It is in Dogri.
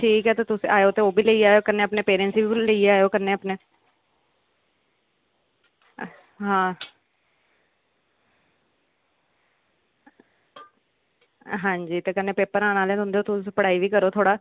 ठीक ऐ ते तुस आयो कन्नै ओह् बी लेई जायो कन्नै अपनें पेरैंटस गी बी लेइयै आओ कन्नैं अपनैं हां हां जी ते कन्नैं पेपर आने आह्ले तुंदे ते तुस पढ़ाई बी करो थोह्ड़ा